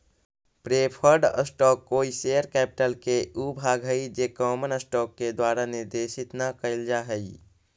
preferred stock कोई share capital के ऊ भाग हइ जे कॉमन स्टॉक के द्वारा निर्देशित न कैल जा हइ